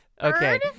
Okay